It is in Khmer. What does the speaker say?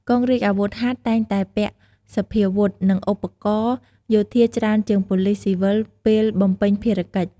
កងរាជអាវុធហត្ថតែងតែពាក់សព្វាវុធ និងឧបករណ៍យោធាច្រើនជាងប៉ូលិសស៊ីវិលពេលបំពេញភារកិច្ច។